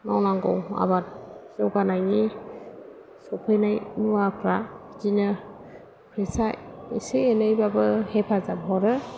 मावनांगौ आबाद जौगानायनि सफैनाय मुवाफ्रा बिदिनो फैसा एसे एनैबाबो हेफाजाब हरो